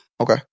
Okay